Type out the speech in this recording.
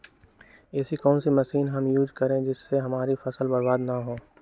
ऐसी कौन सी मशीन हम यूज करें जिससे हमारी फसल बर्बाद ना हो?